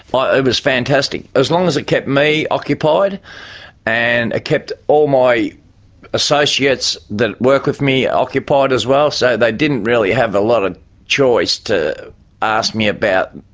but it was fantastic. as long as it kept me occupied and it kept all my associates that work with me occupied as well, so they didn't really have a lot of choice to ask me about,